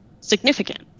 significant